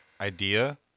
idea